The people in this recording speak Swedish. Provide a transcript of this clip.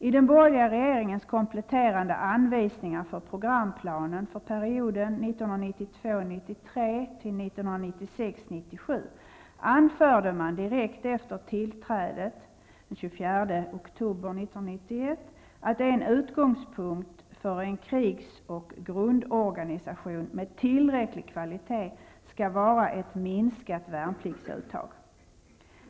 I den borgerliga regeringens kompletterande anvisningar för programplanen för perioden 1992 97 anförde man direkt efter tillträdet den 24 oktober 1991 att en utgångspunkt för en krigs och grundorganisation med tillräcklig kvalitet skall vara ett minskat värnpliktsuttag.